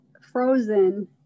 frozen